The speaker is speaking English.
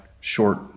short